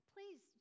please